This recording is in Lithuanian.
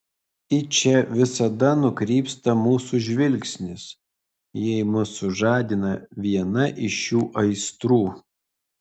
į čia visada nukrypsta mūsų žvilgsnis jei mus sužadina viena iš šių aistrų